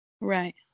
Right